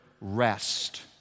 Rest